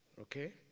okay